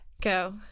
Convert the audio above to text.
Go